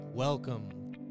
Welcome